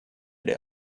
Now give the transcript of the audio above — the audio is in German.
der